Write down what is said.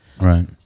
Right